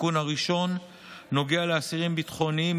התיקון הראשון נוגע לאסירים ביטחוניים.